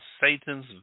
Satan's